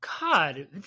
God